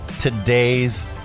today's